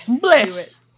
Bless